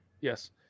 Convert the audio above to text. yes